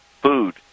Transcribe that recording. food